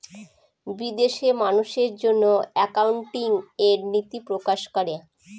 বিদেশে মানুষের জন্য একাউন্টিং এর নীতি প্রকাশ করে